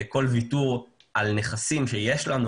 וכל ויתור על נכסים שיש לנו